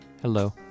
Hello